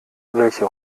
welche